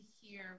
hear